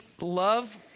love